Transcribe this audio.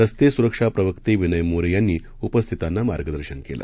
रस्ते सुरक्षा प्रवक्ते विनय मोरे यांनी उपस्थितांना मार्गदर्शन केलं